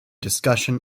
discussion